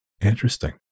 Interesting